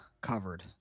covered